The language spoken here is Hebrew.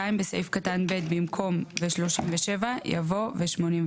; (2) בסעיף קטן (ב), במקום "ו־37" יבוא "ו־86".